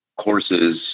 courses